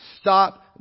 stop